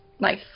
nice